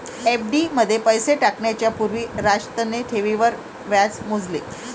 FD मध्ये पैसे टाकण्या पूर्वी राजतने ठेवींवर व्याज मोजले